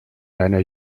seiner